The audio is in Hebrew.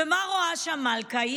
ומה רואה שם מלכה?